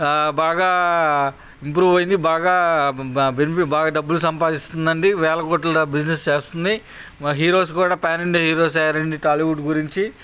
బాగా ఇంప్రూవ్ అయింది బాగా బెనిఫిట్ బాగా డబ్బులు సంపాదిస్తుందండి వేలకోట్ల బిజినెస్ చేస్తుంది హీరోస్ కూడా పాన్ ఇండియా హీరోస్ అయ్యారండి టాలీవుడ్ గురించి